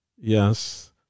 Yes